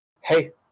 Hey